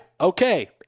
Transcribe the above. Okay